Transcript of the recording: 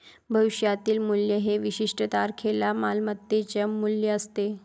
भविष्यातील मूल्य हे विशिष्ट तारखेला मालमत्तेचे मूल्य असते